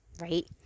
right